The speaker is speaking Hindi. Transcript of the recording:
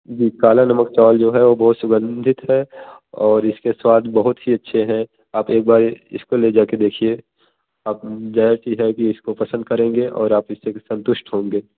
जी काला नमक चावल जो है वो बहुत सुगंधित है और इसके स्वाद बहुत ही अच्छे हैं आप एक बार इसको ले जाके देखिए आप ज़ाहिर सी है कि इसको पसंद करेंगे और आप इससे संतुष्ट होंगे